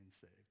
saved